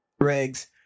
Regs